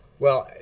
well,